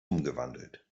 umgewandelt